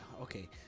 okay